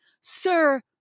Sir